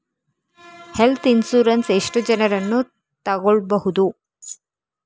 Health insurance ಎಷ್ಟು ಜನರನ್ನು ತಗೊಳ್ಬಹುದು?